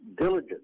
diligent